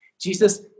Jesus